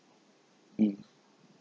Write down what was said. mm